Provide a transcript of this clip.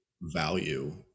value